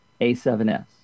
A7S